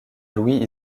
louis